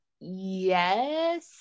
yes